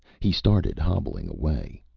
he started hobbling away.